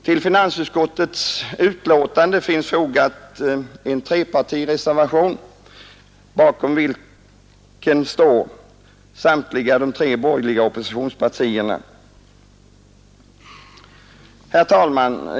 Till finansutskottets betänkande finns fogad en trepartireservation, bakom vilken står samtliga tre borgerliga oppositionspartier. Herr talman!